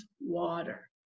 water